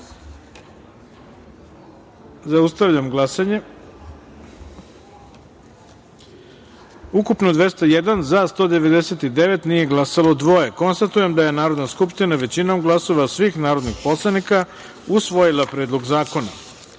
taster. Zaustavljam glasanje: ukupno 201, za – 199, nije glasalo – dvoje. Konstatujem da je Narodna skupština većinom glasova svih narodnih poslanika usvojila Predlog zakona. Druga